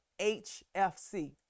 HFC